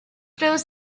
proves